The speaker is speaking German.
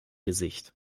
gesicht